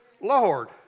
Lord